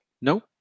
No